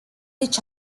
each